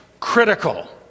critical